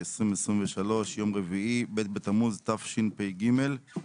21.6.2023, יום רביעי, ב' בתמוז, תשפ"ג.